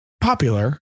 popular